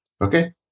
Okay